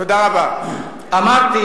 בפעם הבאה של הפרעה, אני אוציא אותך החוצה.